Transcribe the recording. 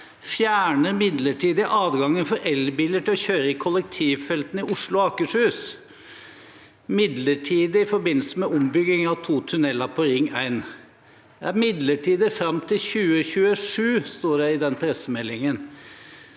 fjerner midlertidig adgangen for elbiler til å kjøre i kollektivfeltene i Oslo og Akershus.» Det var da midlertidig i forbindelse med ombygging av to tunneler på ring 1, midlertidig fram til 2027, sto det i den pressemeldingen.